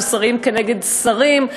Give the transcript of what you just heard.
של שרים נגד שרים.